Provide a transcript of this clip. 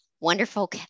wonderful